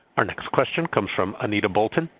our next question comes from anita bolton.